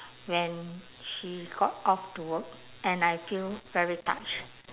when she got off to work and I feel very touched